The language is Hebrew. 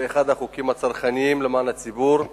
זה אחד החוקים הצרכניים למען הציבור.